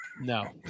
No